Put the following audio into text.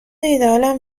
ایدهآلم